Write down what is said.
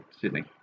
Sydney